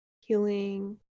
healing